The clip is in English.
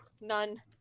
none